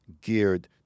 geared